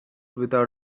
without